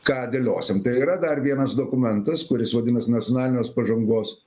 ką dėliosim tai yra dar vienas dokumentas kuris vadinasi nacionalinės pažangos